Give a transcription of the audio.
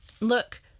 look